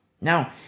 Now